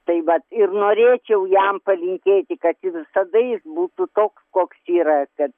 tai vat ir norėčiau jam palinkėti kad jis visada jis būtų toks koks yra kad